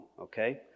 okay